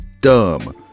dumb